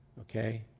Okay